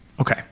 Okay